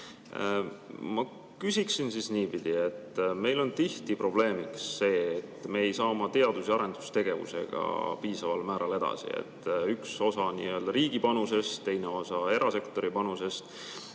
Ma küsiksin niipidi. Meil on tihti probleemiks see, et me ei saa oma teadus‑ ja arendustegevusega piisaval määral edasi. Üks osa on riigi panusest, teine osa erasektori panusest.